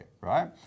right